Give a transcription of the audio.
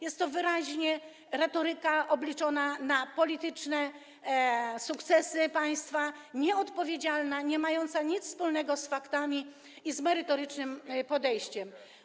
Jest to wyraźnie retoryka obliczona na polityczne sukcesy państwa, nieodpowiedzialna, niemająca nic wspólnego z faktami i z merytorycznym podejściem.